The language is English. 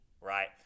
right